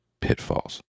pitfalls